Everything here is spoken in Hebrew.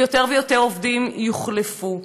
ויותר ויותר עובדים יוחלפו.